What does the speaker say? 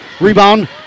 Rebound